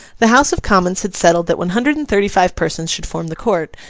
the house of commons had settled that one hundred and thirty-five persons should form the court,